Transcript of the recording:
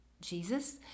Jesus